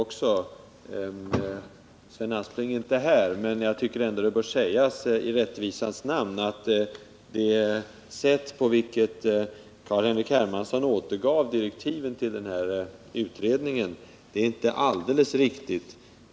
Sven Aspling är inte här, men jag tycker ändå att det i rättvisans namn bör sägas att det sätt på vilket Carl Henrik Hermansson återgav direktiven till utredningen inte är alldeles riktigt.